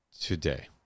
today